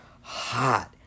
hot